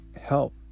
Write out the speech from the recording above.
help